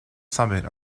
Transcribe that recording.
summit